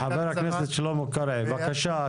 חבר הכנסת שלמה קרעי, בבקשה.